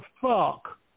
fuck